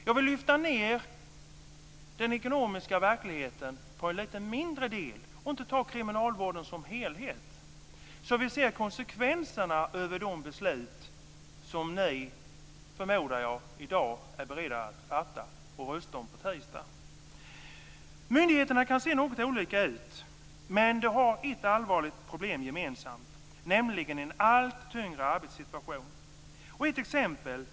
Jag vill lyfta ned den ekonomiska verkligheten och ta en lite mindre del, i stället för att ta kriminalvården som helhet; detta för att se konsekvenserna av de beslut som ni, förmodar jag, i dag är beredda att fatta och på tisdag rösta om. Myndigheterna kan se något olika ut men de har ett allvarligt problem gemensamt, nämligen en allt tyngre arbetssituation.